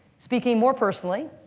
speaking more personally,